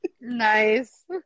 nice